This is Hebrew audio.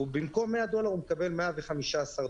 ובמקום 100 דולר הוא מקבל 115 דולר.